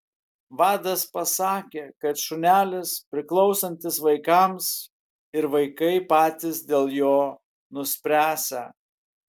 vadas pasakė kad šunelis priklausantis vaikams ir vaikai patys dėl jo nuspręsią